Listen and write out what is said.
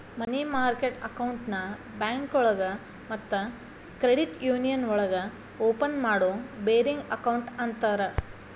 ಮನಿ market ಅಕೌಂಟ್ನ ಬ್ಯಾಂಕೋಳಗ ಮತ್ತ ಕ್ರೆಡಿಟ್ ಯೂನಿಯನ್ಸ್ ಒಳಗ ಓಪನ್ ಮಾಡೋ ಬೇರಿಂಗ್ ಅಕೌಂಟ್ ಅಂತರ